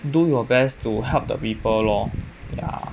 do your best to help the people lor ya